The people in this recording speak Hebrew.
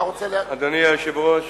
אדוני היושב-ראש,